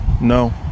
No